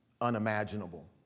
unimaginable